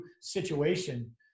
situation